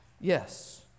Yes